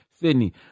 Sydney